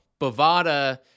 Bovada